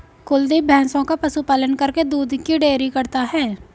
कुलदीप भैंसों का पशु पालन करके दूध की डेयरी करता है